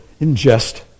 ingest